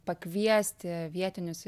pakviesti vietinius